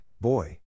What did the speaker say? boy